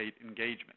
engagement